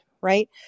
right